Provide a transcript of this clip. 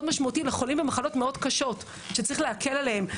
משמעותי לחולים במחלות מאוד קשות שצריך להקל עליהם.